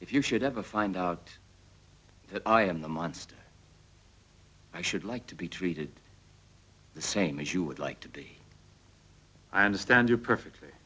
if you should ever find out that i am the monster i should like to be treated the same as you would like to be i understand you perfect